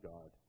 God